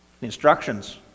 Instructions